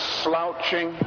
slouching